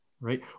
right